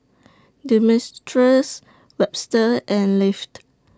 Demetrius Webster and Leif